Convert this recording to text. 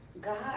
God